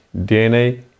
DNA